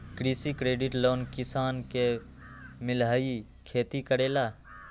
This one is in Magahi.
कृषि क्रेडिट लोन किसान के मिलहई खेती करेला?